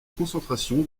concentration